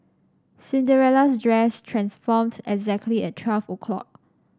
Cinderella's dress transformed exactly at twelve o'clock